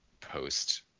post